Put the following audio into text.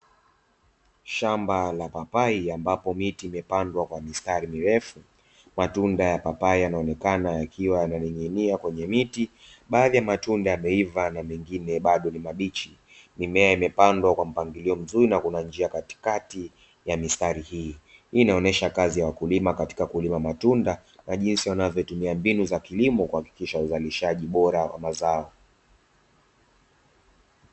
Shamba la papai ambapo miti imepandwa kwa mistari mirefu, matunda ya papai yanaonekana yakiwa yananing'inia kwenye miti. Baadhi ya matunda yameiva na mengine bado ni mabichi, mimea imepandwa kwa mpangilio mzuri na kuna njia katikati ya mistari. Hii inaonyesha kazi ya wakulima katika kulima matunda na jinsi wanavyotumia mbinu za kilimo kuhakikisha uzalishaji bora wa mazao.